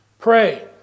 Pray